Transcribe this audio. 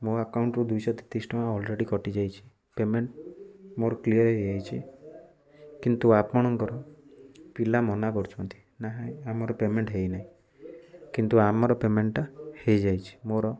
ମୋ ଆକାଉଣ୍ଟରୁ ଦୁଇଶହ ତେତିଶ ଟଙ୍କା ଅଲରେଡ଼ି କଟିଯାଇଛି ପେମେଣ୍ଟ ମୋର କ୍ଲିଅର୍ ହେଇଯାଇଛି କିନ୍ତୁ ଆପଣଙ୍କର ପିଲା ମନା କରୁଛନ୍ତି ନାହିଁ ଆମର ପେମେଣ୍ଟ ହେଇନି କିନ୍ତୁ ଆମର ପେମେଣ୍ଟଟା ହେଇଯାଇଛି ମୋର